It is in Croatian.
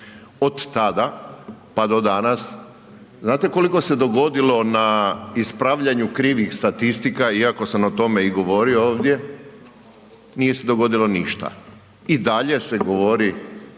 Od tada pa do danas, znate koliko se dogodilo na ispravljanju krivih statistika iako sam o tome govorio ovdje? Nije se dogodilo ništa. I dalje se govori